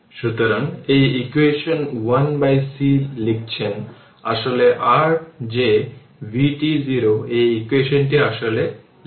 সুতরাং এই equation 1c লিখছেন আসলে r যে vt0 এই ইকুয়েশনটি আসলে লিখছেন